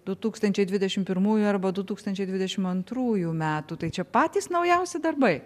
du tūkstančiai dvidešim pirmųjų arba du tūkstančiai dvidešim antrųjų metų tai čia patys naujausi darbai